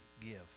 give